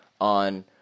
on